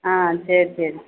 ஆ சரி சரி